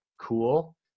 cool